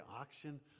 auction